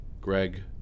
Greg